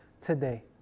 today